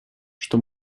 что